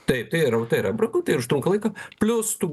taip tai yra tai yra brangu tai užtrunka laiko plius tu